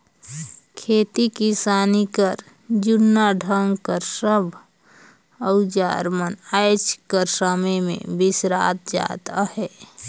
खेती किसानी कर जूना ढंग कर सब अउजार मन आएज कर समे मे बिसरात जात अहे